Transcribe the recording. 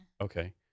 Okay